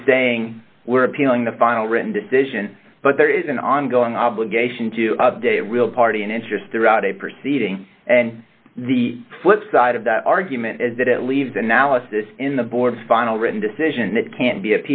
just saying we're appealing the final written decision but there is an ongoing obligation to update real party and interest throughout a proceeding and the flipside of that argument is that it leaves analysis in the board's final written decision that can't be